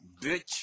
bitch